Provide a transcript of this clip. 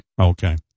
Okay